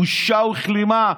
בושה וכלימה.